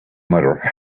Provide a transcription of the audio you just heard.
mother